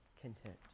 content